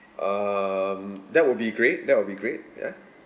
um that will be great that will be great ya